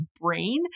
brain